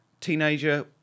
teenager